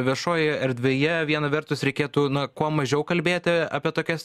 viešojoje erdvėje viena vertus reikėtų na kuo mažiau kalbėti apie tokias